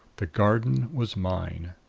the garden was mine!